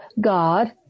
God